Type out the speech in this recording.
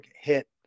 hit